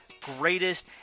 greatest